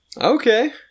Okay